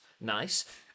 Nice